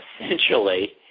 essentially